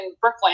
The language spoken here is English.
Brooklyn